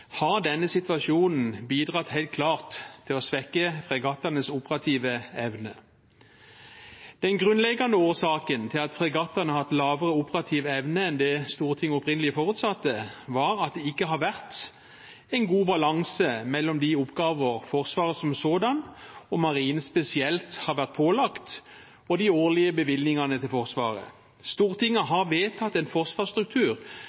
har denne situasjonen helt klart bidratt til å svekke fregattenes operative evne. Den grunnleggende årsaken til at fregattene har hatt lavere operativ evne enn det Stortinget opprinnelig forutsatte, var at det ikke har vært en god balanse mellom de oppgavene Forsvaret som sådant og Marinen spesielt har vært pålagt, og de årlige bevilgningene til Forsvaret. Stortinget